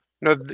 No